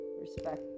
respect